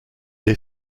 est